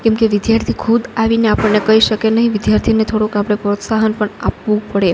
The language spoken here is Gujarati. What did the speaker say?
કેમ કે વિદ્યાર્થી ખુદ આવીને આપણને કઈ શકે નહીં વિદ્યાર્થીને થોડુંક આપણે પ્રોત્સાહન પણ આપવું પડે